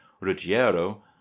Ruggiero